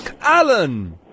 Alan